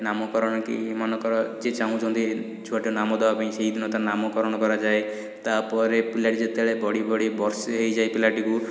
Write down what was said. ନାମକରଣ କି ମନେକର ଯିଏ ଚାହୁଁଛନ୍ତି ଛୁଆଟିର ନାମ ଦେବାପାଇଁ ସେଇ ଦିନ ତାର ନାମକରଣ କରାଯାଏ ତା'ପରେ ପିଲାଟି ଯେତେବେଳେ ବଢ଼ି ବଢ଼ି ବର୍ଷେ ହେଇଯାଏ ପିଲାଟିକୁ